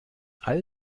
all